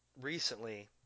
recently